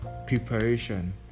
preparation